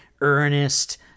earnest